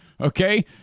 Okay